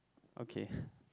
okay